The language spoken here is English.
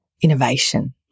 innovation